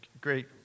great